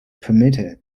permitted